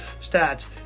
stats